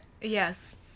Yes